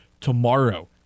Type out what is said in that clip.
tomorrow